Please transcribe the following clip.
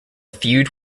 feud